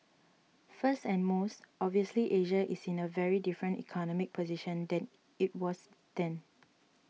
first and most obviously Asia is in a very different economic position than it was then